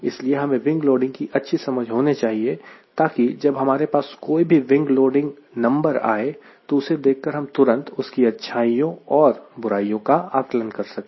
इसलिए हमें wing loading की अच्छी समझ होनी चाहिए ताकि जब हमारे पास कोई भी विंग लोडिंग नंबर आए तो उसे देखकर हम तुरंत उसकी अच्छाइयों और बुराइयों का आकलन कर सकें